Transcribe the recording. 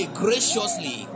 graciously